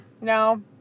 no